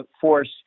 force